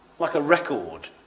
like a record.